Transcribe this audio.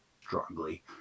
strongly